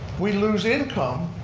we lose income,